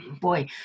boy